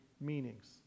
meanings